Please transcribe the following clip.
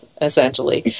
essentially